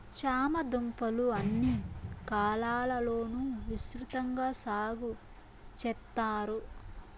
చామ దుంపలు అన్ని కాలాల లోనూ విసృతంగా సాగు చెత్తారు